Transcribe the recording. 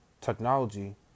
technology